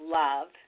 love